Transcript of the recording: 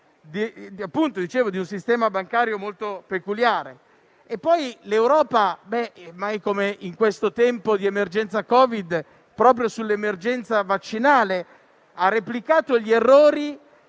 all'affossamento di un sistema bancario molto peculiare. Poi l'Europa, mai come in questo tempo di emergenza Covid, proprio sull'emergenza vaccinale ha replicato gli stessi